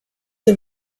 the